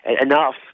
enough